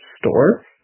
store